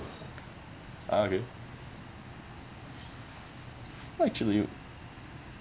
ah okay actually